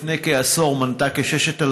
לפני כעשור היא מנתה כ-6,000